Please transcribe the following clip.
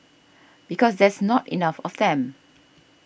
because there's not enough of them